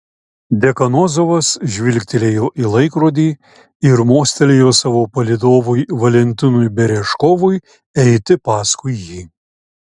dekanozovas žvilgtelėjo į laikrodį ir mostelėjo savo palydovui valentinui berežkovui eiti paskui jį